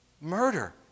murder